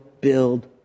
build